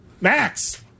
Max